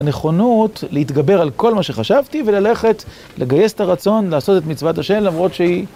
הנכונות להתגבר על כל מה שחשבתי, וללכת לגייס את הרצון לעשות את מצוות השם למרות שהיא